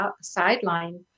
sideline